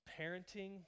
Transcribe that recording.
parenting